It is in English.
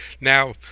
Now